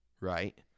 right